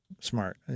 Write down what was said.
smart